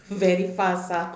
very fast ah